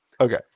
Okay